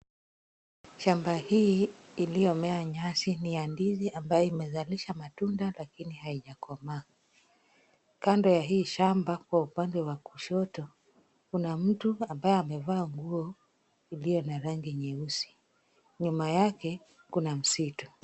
Shamba hili lililomea nyasi ni ya ndizi ambayo imezalisha matunda lakini haijakomaa , kando ya hili shamba kwa upande wa kushoto kuna mtu ambaye amevaa nguo iliyo na rangi nyeusi. Nyuma yake kuna msitu.